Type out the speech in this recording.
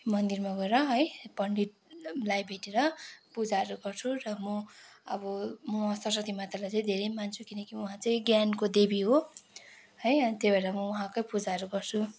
मन्दिरमा गएर है पण्डितलाई भेटेर पूजाहरू गर्छु र म अब म सरस्वती मातालाई चाहिँ धेरै मान्छु किनकि उहाँ चाहिँ ज्ञानको देवी हो है अनि त्यही भएर म उहाँकै पूजाहरू गर्छु